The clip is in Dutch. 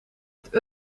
het